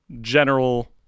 general –